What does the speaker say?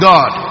God